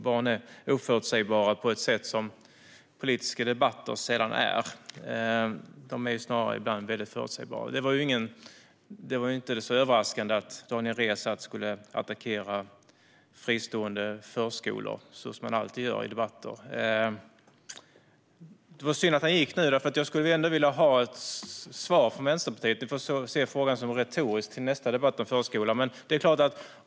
Barn är oförutsägbara på ett sätt som politiska debatter sällan är - de är snarare ibland väldigt förutsägbara. Det var inte så överraskande att Daniel Riazat attackerade fristående förskolor så som han alltid gör i debatter. Det var synd att han gick nu, för jag skulle vilja ha ett svar från Vänsterpartiet. Men vi får se frågan som retorisk fram till nästa debatt om förskolan.